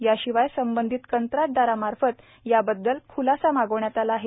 याशिवाय संबंधित कंत्राटदारांमार्फत याबद्दल खुलासा मागविण्यात आला आहे